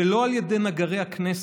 ולא על ידי נגרי הכנסת,